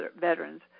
veterans